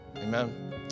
Amen